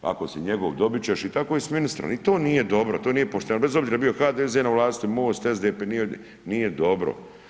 Ako si njegov, dobit ćeš i tako je s ministrom i to nije dobro, to nije pošteno, bez obzira bio HDZ na vlasti, MOST, SDP, nije dobro.